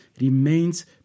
remains